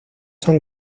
son